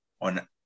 on